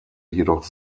jedoch